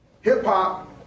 Hip-hop